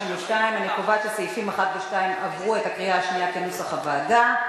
32. אני קובעת שסעיפים 1 ו-2 עברו את הקריאה השנייה כנוסח הוועדה.